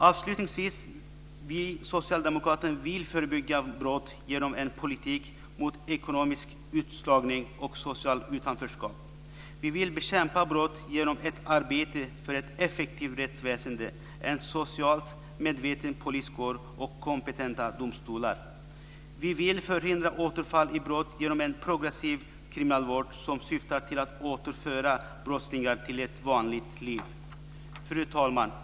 Avslutningsvis så vill vi socialdemokrater förebygga brott genom en politik mot ekonomisk utslagning och socialt utanförskap. Vi vill bekämpa brott genom ett arbete för ett effektivt rättsväsende, en socialt medveten poliskår och kompetenta domstolar. Vi vill förhindra återfall i brott genom en progressiv kriminalvård som syftar till att återföra brottslingar till ett vanligt liv. Fru talman!